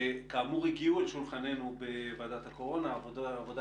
שכאמור הגיעו אל שולחננו בוועדת הקורונה עבודה